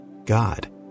God